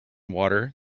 water